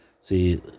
See